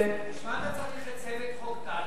בשביל מה אתה צריך את הצוות של חוק טל?